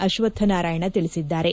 ಅಶ್ಲಥ್ ನಾರಾಯಣ ತಿಳಿಸಿದ್ದಾರೆ